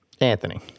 Anthony